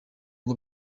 ngo